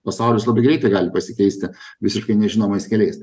pasaulis labai greitai gali pasikeisti visiškai nežinomais keliais